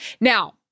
Now